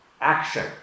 action